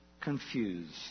confused